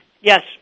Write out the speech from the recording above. Yes